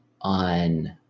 on